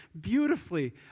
beautifully